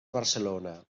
barcelona